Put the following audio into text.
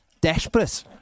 desperate